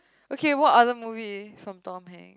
okay what other movie is from Tom-Hanks